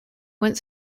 went